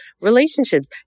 relationships